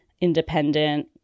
independent